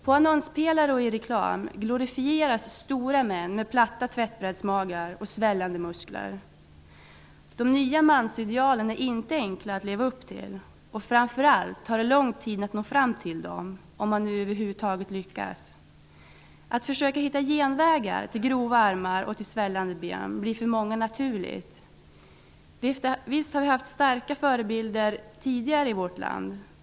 På annonspelare och i reklam glorifieras stora män med platta tvättbrädsmagar och svällande muskler. De nya mansidealen är inte enkla att leva upp till, och framför allt tar det lång tid, om man över huvud taget lyckas. Att försöka hitta genvägar till grova armar och svällande ben blir för många naturligt. Visst har vi tidigare haft stora och starka förebilder i vårt land.